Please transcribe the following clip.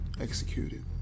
executed